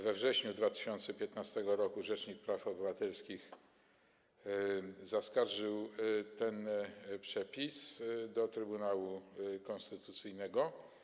We wrześniu 2015 r. rzecznik praw obywatelskich zaskarżył ten przepis do Trybunału Konstytucyjnego.